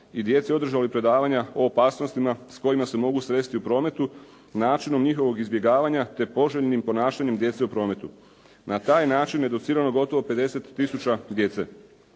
i djeci održali predavanja o opasnostima s kojima se mogu sresti u prometu, načinom njihovog izbjegavanja te poželjnim ponašanjem djece u prometu. Na taj način educirano je gotovo 50 tisuća djece.